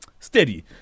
Steady